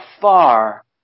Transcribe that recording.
far